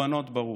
הקורבנות ברוך.